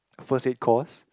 first aid course